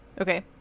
Okay